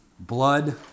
Blood